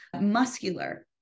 muscular